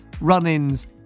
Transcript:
run-ins